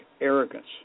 arrogance